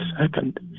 second